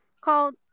Called